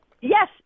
Yes